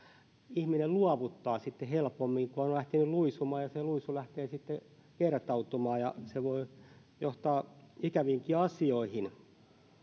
ihminen luovuttaa helpommin kun on lähtenyt luisumaan ja se luisu lähtee sitten kertautumaan ja se voi johtaa ikäviinkin asioihin